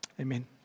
Amen